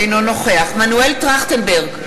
אינו נוכח מנואל טרכטנברג,